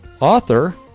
author